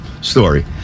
story